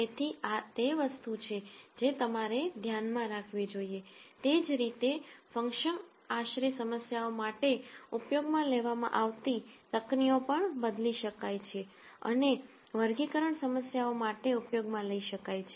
તેથી આ તે વસ્તુ છે જે તમારે ધ્યાનમાં રાખવી જોઈએ તે જ રીતે ફંક્શન અંદાજની સમસ્યાઓ માટે ઉપયોગમાં લેવામાં આવતી તકનીકીઓ પણ બદલી શકાય છે અને વર્ગીકરણ સમસ્યાઓ માટે ઉપયોગમાં લઈ શકાય છે